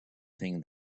thing